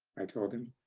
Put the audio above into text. i told him.